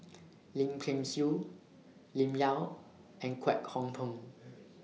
Lim Kay Siu Lim Yau and Kwek Hong Png